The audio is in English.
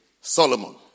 Solomon